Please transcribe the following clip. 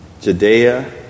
Judea